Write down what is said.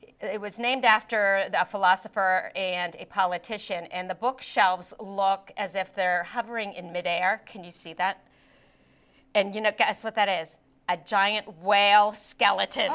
it was named after the philosopher and a politician and the book shelves look as if they're hovering in midair can you see that and you know what that is a giant whale skeleton